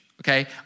okay